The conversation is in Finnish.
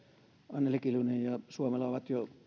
anneli kiljunen ja suomela ovat jo